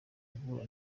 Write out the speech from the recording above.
guhura